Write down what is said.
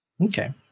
Okay